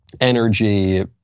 energy